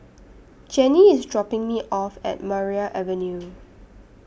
Jannie IS dropping Me off At Maria Avenue